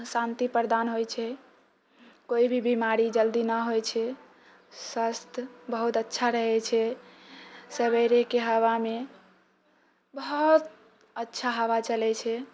शान्ति प्रदान होइ छै कोइ भी बीमारी जल्दी नहि होइ छै स्वास्थ बहुत अच्छा रहै छै सवेरेके हवामे बहुत अच्छा हवा चलै छै